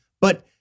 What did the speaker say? But-